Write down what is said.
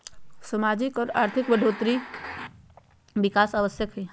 सामाजिक और आर्थिक बेहतरी ले कौशल विकास आवश्यक हइ